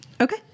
Okay